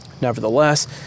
Nevertheless